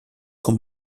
con